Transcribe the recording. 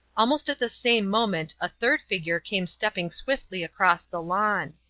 almost at the same moment a third figure came stepping swiftly across the lawn.